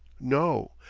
no!